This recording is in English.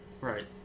Right